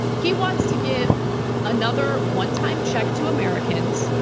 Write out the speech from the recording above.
he wants to give another one time check to americans.